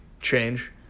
change